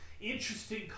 interesting